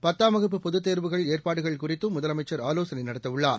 பத்தாம் வகுப்பு பொதுத்தேர்வுகள் ஏற்பாடுகள் குறித்தும் முதலமைச்சள் ஆலோசனை நடத்த உள்ளார்